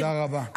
תודה רבה.